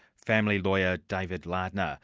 family lawyer, david lardner